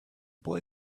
boy